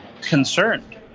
concerned